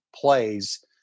plays